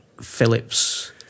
Phillips